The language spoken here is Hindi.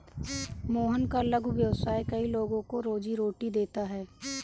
मोहन का लघु व्यवसाय कई लोगों को रोजीरोटी देता है